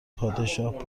پادشاه